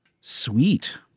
Sweet